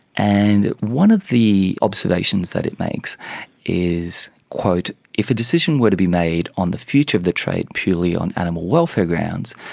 and one of the observations that it makes is if a decision were to be made on the future of the trade purely on animal welfare grounds,